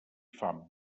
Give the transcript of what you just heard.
fam